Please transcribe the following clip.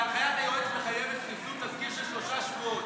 והנחיית היועץ מחייבת פרסום תזכיר של שלושה שבועות.